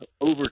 Over